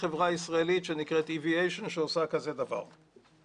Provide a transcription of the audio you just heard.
חברה ישראלית שנקראת אי-ויישן שעושה דבר כזה.